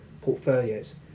portfolios